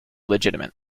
legitimate